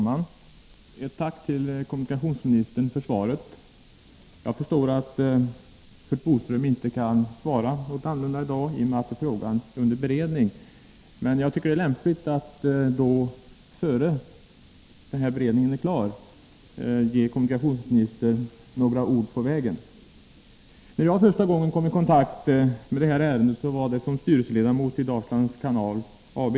Herr talman! Jag tackar kommunikationsministern för svaret. Jag förstår att Curt Boström inte kan svara annorlunda i dag, i och med att frågan är under beredning. Men jag tycker det är lämpligt att innan beredningen är klar ge kommunikationsministern några ord på vägen. Första gången jag kom i kontakt med det här ärendet var som styrelseledamot i Dalslands Kanal AB.